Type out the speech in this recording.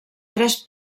tres